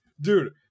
dude